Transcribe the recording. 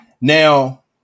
Now